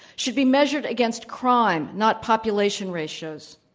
should be measured against crime, not population ratios.